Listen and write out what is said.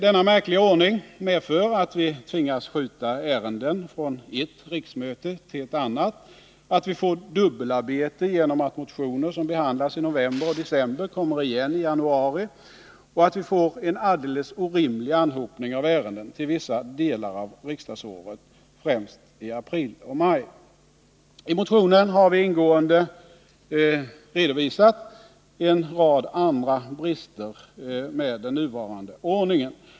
Denna märkliga ordning medför att vi tvingas skjuta ärenden från ett riksmöte till ett annat, att vi får dubbelarbete genom att motioner som behandlas i november och december kommer igen i januari och att vi får en alldeles orimlig anhopning av ärenden till vissa delar av riksdagsåret, främst i april och maj. I motionen har vi ingående redovisat en rad andra brister med den nuvarande ordningen.